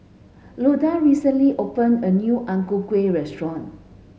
Loda recently open a new Ang Ku Kueh restaurant